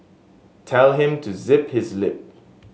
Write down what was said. tell him to zip his lip